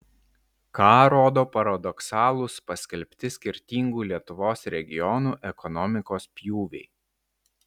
ką rodo paradoksalūs paskelbti skirtingų lietuvos regionų ekonomikos pjūviai